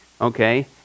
Okay